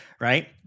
right